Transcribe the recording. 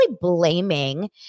blaming